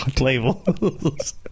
labels